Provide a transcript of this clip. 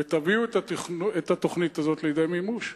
ותביאו את התוכנית הזאת לידי מימוש.